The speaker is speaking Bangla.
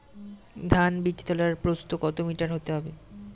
ধান বীজতলার প্রস্থ কত মিটার হতে হবে?